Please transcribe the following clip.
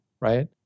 right